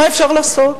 מה אפשר לעשות.